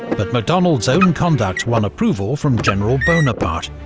but macdonald's own conduct won approval from general bonaparte,